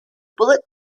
bullet